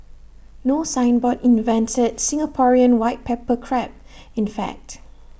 no signboard invented Singaporean white pepper Crab in fact